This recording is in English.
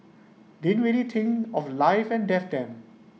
ding really think of life and death then